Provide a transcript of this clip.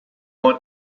want